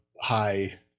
high